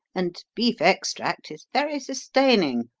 and beef extract is very sustaining,